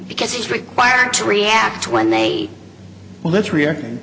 because he's required to react when they well that's rea